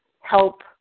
help